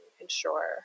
ensure